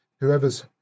whoever's